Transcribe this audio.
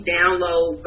download